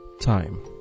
time